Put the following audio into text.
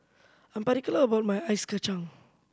I am particular about my ice kacang